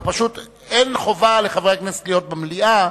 פשוט, אין חובה על חברי הכנסת להיות במליאה,